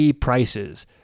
prices